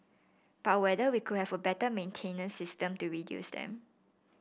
but whether we could have a better maintenance system to reduce them